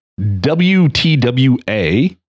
WTWA